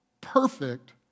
perfect